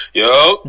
yo